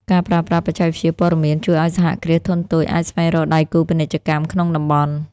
ការប្រើប្រាស់បច្ចេកវិទ្យាព័ត៌មានជួយឱ្យសហគ្រាសធុនតូចអាចស្វែងរកដៃគូពាណិជ្ជកម្មក្នុងតំបន់។